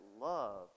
love